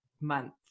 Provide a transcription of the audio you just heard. month